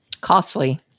Costly